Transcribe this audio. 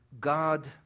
God